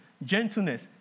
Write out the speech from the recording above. gentleness